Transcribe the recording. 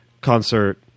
concert